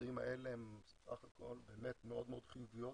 ובמקרים האלה הן בסך הכול מאוד מאוד חיוביות,